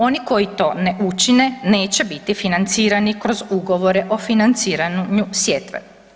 Oni koji to ne učine neće biti financirani kroz ugovore o financiranju sjetve.